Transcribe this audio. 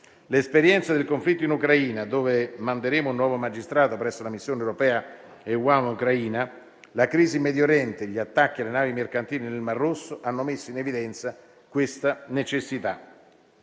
L'esperienza del conflitto in Ucraina (dove manderemo un nuovo magistrato presso la missione europea di EUAM Ucraina), la crisi in Medio Oriente e gli attacchi alle navi mercantili nel Mar Rosso hanno messo in evidenza questa necessità.